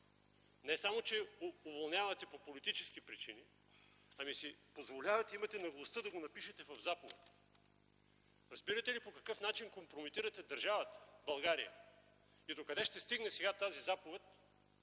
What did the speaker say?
Не само, че уволнявате по политически причини, ами си позволявате, имате наглостта да го напишете в заповед! Разбирате ли по какъв начин компрометирате държавата България и докъде ще стигне сега тази заповед